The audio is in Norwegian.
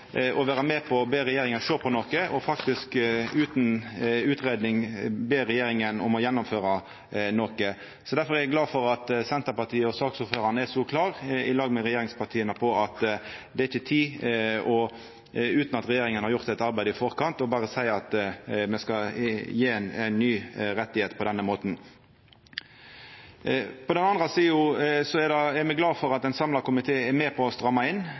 å vera med på å be regjeringa om å sjå på noko og det å be regjeringa om å gjennomføra noko faktisk utan utgreiing. Difor er eg glad for at Senterpartiet og saksordføraren, i lag med regjeringspartia, er så klare på at det ikkje er tid for – utan at regjeringa har gjort eit arbeid i førekant – berre å seia at me skal gje ein ny rett på denne måten. På den andre sida er me glade for at ein samla komité er med på å stramma inn,